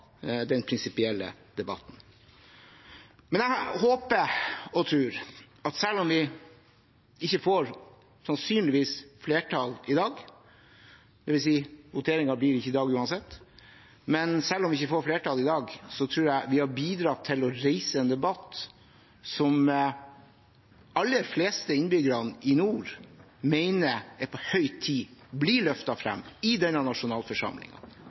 den prinsipielle debatten. Jeg håper og tror at selv om vi sannsynligvis ikke får flertall i dag – voteringen blir uansett ikke i dag – har vi bidratt til å reise en debatt som de aller fleste innbyggerne i nord mener er på høy tid blir løftet frem i denne